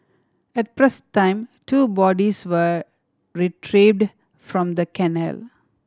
at press time two bodies were retrieved from the canal